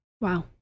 Wow